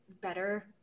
better